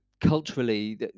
culturally